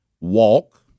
walk